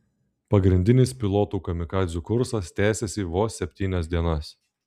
pagrindinis pilotų kamikadzių kursas tęsėsi vos septynias dienas